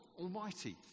almighty